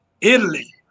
Italy